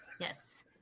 Yes